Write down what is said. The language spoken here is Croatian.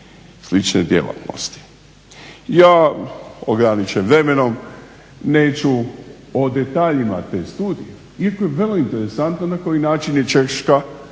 slične djelatnosti. Ja ograničen vremenom neću o detaljima te studije, iako je vrlo interesantno na koji način je Češka